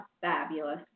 fabulous